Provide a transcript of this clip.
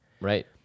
right